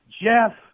Jeff